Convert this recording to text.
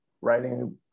writing